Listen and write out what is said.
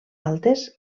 altes